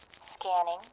Scanning